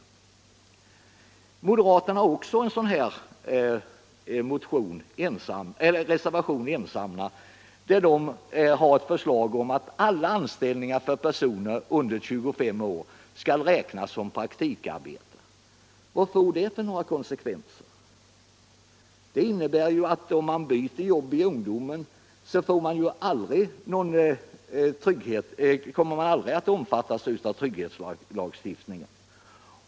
Också moderaterna står ensamma för en reservation, där de föreslår att alla anställningar för personal under 25 år skall räknas som praktikarbete. Vad får det för konsekvenser? Det innebär ju att den som byter jobb i ungdomen aldrig kommer att omfattas av trygghetslagstiftningen.